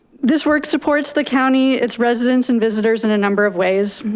this work supports the county, its residents and visitors in a number of ways.